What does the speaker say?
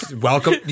welcome